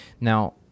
now